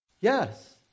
Yes